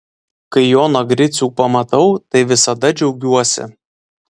kai joną gricių pamatau tai visada džiaugiuosi